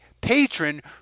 patron